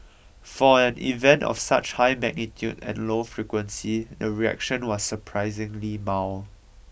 for an event of such high magnitude and low frequency the reaction was surprisingly mild